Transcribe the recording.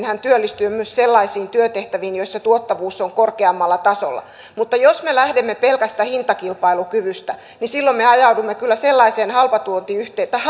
hän työllistyy myös sellaisiin työtehtäviin joissa tuottavuus on korkeammalla tasolla mutta jos me lähdemme pelkästä hintakilpailukyvystä silloin me ajaudumme kyllä sellaiseen halpatuotantoyhteiskuntaan